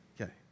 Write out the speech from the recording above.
Okay